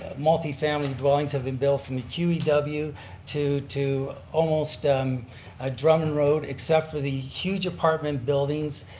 multi-family dwellings, have been built from the qew and qew to to almost um ah drummond road except for the huge apartment buildings